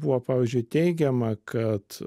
buvo pavyzdžiui teigiama kad